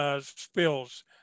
spills